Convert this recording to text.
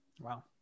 Wow